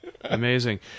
Amazing